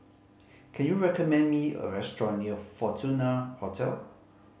can you recommend me a restaurant near Fortuna Hotel